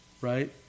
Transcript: Right